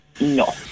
No